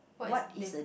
what is deal